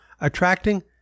attracting